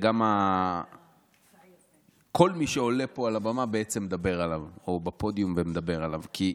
כל מי שעולה לפה לבמה בעצם מדבר עליו או מדבר עליו בפודיום.